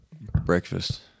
breakfast